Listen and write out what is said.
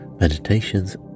meditations